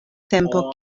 tempo